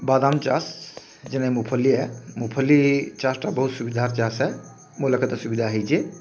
ବାଦାମ୍ ଚାଷ୍ ଯେନେ ମୁଁ ଫୁଲିଏ ମୁଁ ଫୁଲି ଚାଷ୍ଟା ବହୁତ୍ ସୁବିଧାର ଚାଷ୍ ହେ ମୁଲାକାତେ ସୁବିଧା ହେଇଛି